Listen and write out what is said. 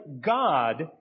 God